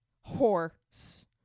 Horse